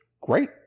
great